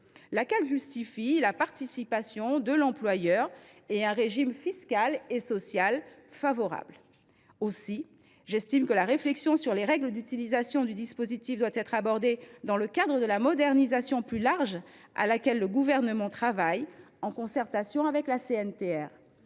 qui justifie la participation de l’employeur et un régime fiscal et social favorable. Aussi, j’estime que la réflexion sur les règles d’utilisation du dispositif doit être abordée dans le cadre de la modernisation plus large à laquelle travaille le Gouvernement, en concertation avec la CNTR.